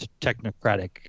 technocratic